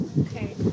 Okay